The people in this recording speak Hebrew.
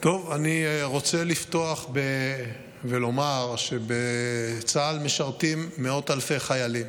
אני רוצה לפתוח ולומר שבצה"ל משרתים מאות אלפי חיילים